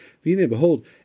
behold